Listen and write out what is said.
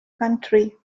country